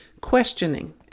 Questioning